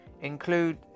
include